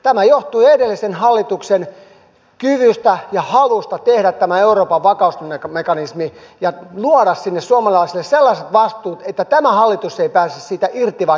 tämä johtui edellisen hallituksen kyvystä ja halusta tehdä tämä euroopan vakausmekanismi ja luoda sinne suomalaisille sellaiset vastuut että tämä hallitus ei pääse siitä irti vaikka olisi halunnut